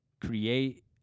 create